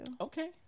okay